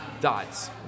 dots